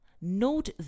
Note